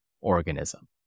organism